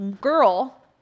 girl